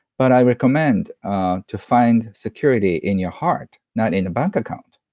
but i recommend to find security in your heart, not in a bank account.